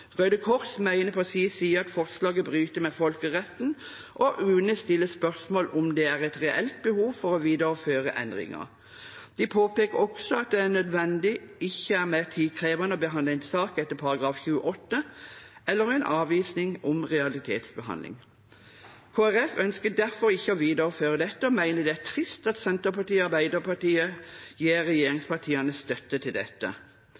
Røde Kors mener på sin side at forslaget bryter med folkeretten, og UNE stiller spørsmål om det er et reelt behov for å videreføre endringen. De påpeker også at det ikke nødvendigvis er mer tidkrevende å behandle en sak etter § 28 enn en avvisning om realitetsbehandling. Kristelig Folkeparti ønsker derfor ikke å videreføre dette, og mener det trist at Senterpartiet og Arbeiderpartiet gir regjeringspartiene støtte til dette,